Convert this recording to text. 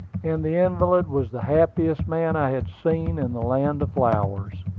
and the invalid was the happiest man i had seen in the land of flowers.